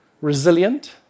resilient